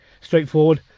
straightforward